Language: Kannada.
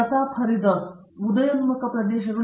ಪ್ರತಾಪ್ ಹರಿಡೋಸ್ ಉದಯೋನ್ಮುಖ ಪ್ರದೇಶಗಳು